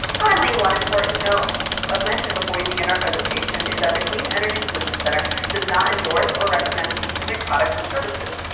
finally, one important note of mention before we begin our presentation is that the clean energy solutions center does not endorse or recommend specific products or services.